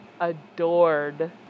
adored